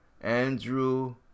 Andrew